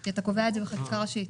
כי זה נקבע בחקיקה הראשית.